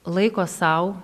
laiko sau